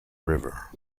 river